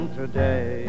today